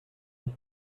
euch